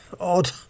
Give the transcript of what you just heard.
odd